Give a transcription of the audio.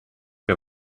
che